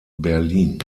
berlin